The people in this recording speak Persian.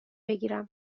بگیرم